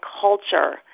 culture